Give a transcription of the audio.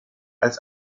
als